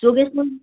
Yogesh